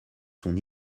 son